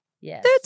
Yes